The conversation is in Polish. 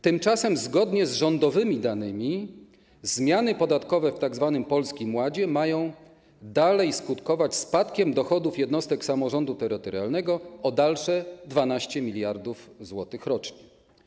Tymczasem zgodnie z rządowymi danymi zmiany podatkowe w Polskim Ładzie mają skutkować spadkiem dochodów jednostek samorządu terytorialnego o dalsze 12 mld zł rocznie.